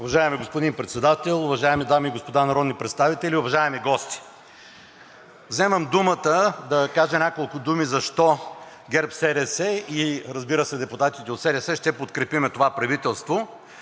Уважаеми господин Председател, уважаеми дами и господа народни представители, уважаеми гости! Вземам думата, за да кажа няколко думи защо ГЕРБ-СДС и разбира се, депутатите от СДС ще подкрепим това правителство,